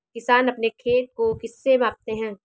किसान अपने खेत को किससे मापते हैं?